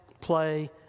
play